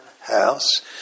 house